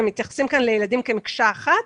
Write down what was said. הם מתייחסים כאן לילדים כמקשה אחת,